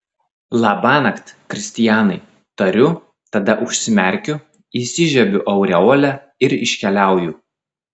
labanakt kristianai tariu tada užsimerkiu įsižiebiu aureolę ir iškeliauju